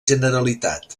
generalitat